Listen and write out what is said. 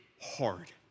hard